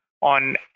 on